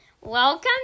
Welcome